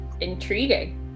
Intriguing